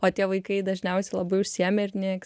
o tie vaikai dažniausiai labai užsiėmę ir nieks